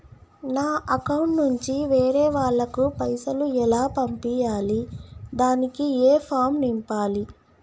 నా అకౌంట్ నుంచి వేరే వాళ్ళకు పైసలు ఎలా పంపియ్యాలి దానికి ఏ ఫామ్ నింపాలి?